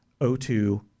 o2